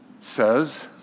says